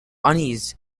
unease